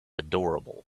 adorable